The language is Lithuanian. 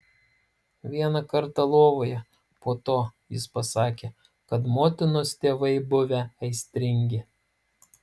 vieną kartą lovoje po to jis pasakė kad motinos tėvai buvę aistringi